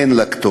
אין לה כתובת.